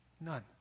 none